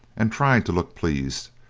and tried to look pleased,